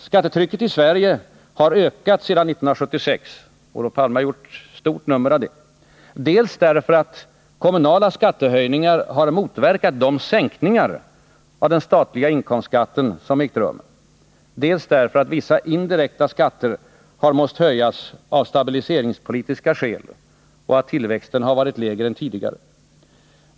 Skattekvoten i Sverige har ökat sedan 1976 — Olof Palme har gjort stort nummer av det — dels därför att kommunala skattehöjningar har motverkat de sänkningar av den statliga inkomstskatten som ägt rum, dels därför att vissa indirekta skatter måst höjas av stabiliseringspolitiska skäl och på grund av att tillväxten varit lägre än tidigare.